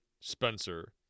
Spencer